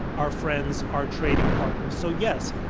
our friends, our trading partners. so yes,